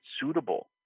suitable